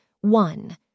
One